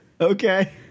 Okay